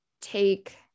take